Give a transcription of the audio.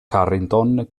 carrington